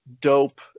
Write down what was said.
dope